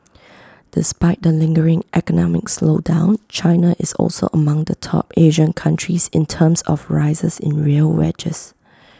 despite the lingering economic slowdown China is also among the top Asian countries in terms of rises in real wages